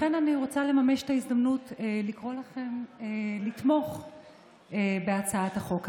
לכן אני רוצה לממש את הזדמנות לקרוא לכם לתמוך בהצעת החוק הזאת.